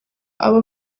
aba